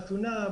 חתונה,